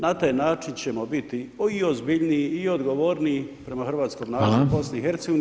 Na taj način ćemo biti i ozbiljniji i odgovorniji prema hrvatskom narodu [[Upadica: Hvala]] u BiH i RH.